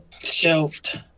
shelved